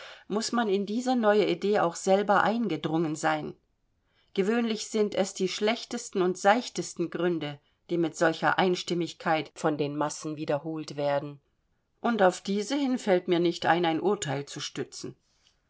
muß man in diese neue idee auch selber eingedrungen sein gewöhnlich sind es die schlechtesten und seichtesten gründe die mit solcher einstimmigkeit von den massen wiederholt werden und auf diese hin fällt mir nicht ein ein urteil zu stützen